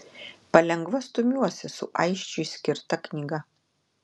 palengva stumiuosi su aisčiui skirta knyga